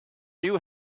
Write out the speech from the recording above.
new